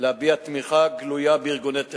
ולהבעת תמיכה גלויה בארגוני טרור.